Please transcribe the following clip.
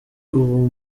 ubu